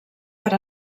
per